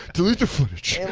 delete the footage.